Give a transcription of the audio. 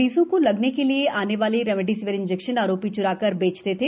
मरीजों को लगने के लिए आने वाले रेमडेसिविर इंजेक्शन आरोपी चुराकर बेचते थे